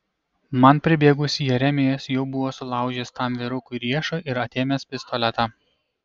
man pribėgus jeremijas jau buvo sulaužęs tam vyrukui riešą ir atėmęs pistoletą